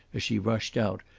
as she rushed out,